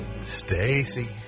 Stacy